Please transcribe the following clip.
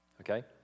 okay